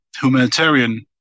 humanitarian